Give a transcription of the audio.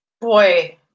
Boy